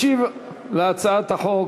ישיב להצעת החוק